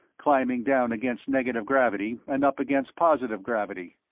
climbing down against negative gravity and up against positive gravity.